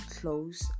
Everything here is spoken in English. close